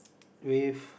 with